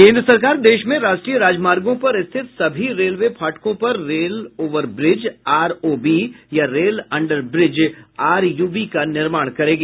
केन्द्र सरकार देश में राष्ट्रीय राजमार्गों पर स्थित सभी रेलवे फाटकों पर रेल ओवर ब्रिज आरओबी या रेल अंडर ब्रिज आरयूबी का निर्माण करेगी